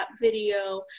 video